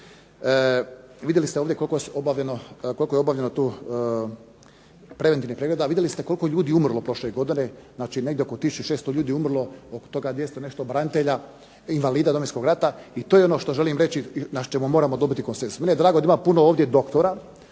Vidjeli ste ovdje koliko je obavljeno tu preventivnih pregleda, a vidjeli ste koliko je ljudi umrlo prošle godine, znači negdje oko tisuću 600 ljudi umrlo, od toga 200 i nešto branitelja, invalida Domovinskog rata i to je ono što želim reći, na čemu moramo dobiti konsenzus. Meni je drago da ima puno ovdje doktora,